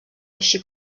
així